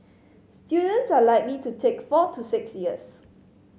students are likely to take four to six years